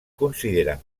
consideren